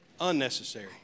Unnecessary